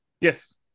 Yes